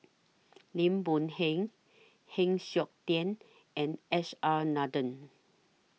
Lim Boon Heng Heng Siok Tian and S R Nathan